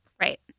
Right